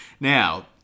Now